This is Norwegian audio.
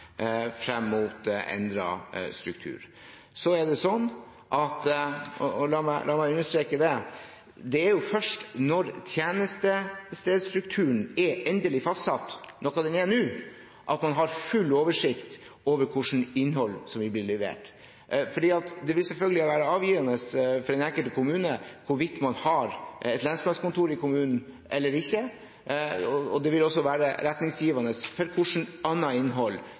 frem mot endret struktur. Og la meg understreke, det er først når tjenestestedsstrukturen er endelig fastsatt, noe den er nå, at man har full oversikt over hvilket innhold som vil bli levert. Det vil selvfølgelig være avgjørende for den enkelte kommune hvorvidt man har et lensmannskontor i kommunen eller ikke, og det vil også være retningsgivende for hvilket annet innhold